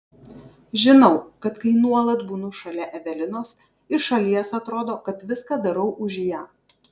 žinau kad kai nuolat būnu šalia evelinos iš šalies atrodo kad viską darau už ją